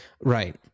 right